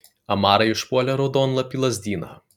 amarai užpuolė raudonlapį lazdyną